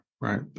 right